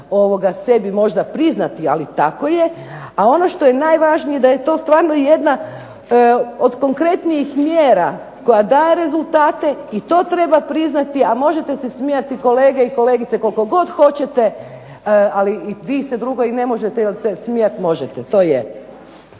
sebi možda priznati, ali tako je, a ono što je najvažnije da je to stvarno jedna od konkretnijih mjera koja daje rezultate i to treba priznati, a možete se smijati kolege i kolegice koliko god hoćete, ali i vi se drugo i ne možete jer se smijati možete, to je.